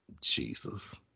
Jesus